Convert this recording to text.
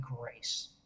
grace